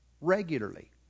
regularly